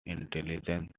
intelligence